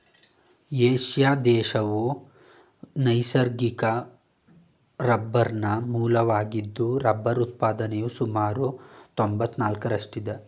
Asia ದೇಶವು ನೈಸರ್ಗಿಕ ರಬ್ಬರ್ನ ಮೂಲವಾಗಿದ್ದು ರಬ್ಬರ್ ಉತ್ಪಾದನೆಯು ಸುಮಾರು ತೊಂಬತ್ನಾಲ್ಕರಷ್ಟಿದೆ